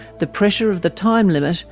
the pressure of the time limit,